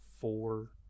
four